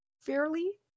Fairly